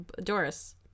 Doris